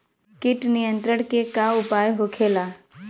कीट नियंत्रण के का उपाय होखेला?